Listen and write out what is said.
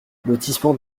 lotissement